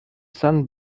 san